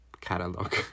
catalog